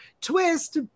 twist